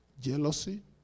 jealousy